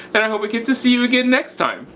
and i hope i get to see again next time.